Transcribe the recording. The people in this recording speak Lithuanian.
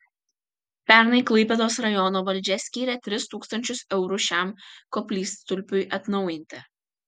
pernai klaipėdos rajono valdžia skyrė tris tūkstančius eurų šiam koplytstulpiui atnaujinti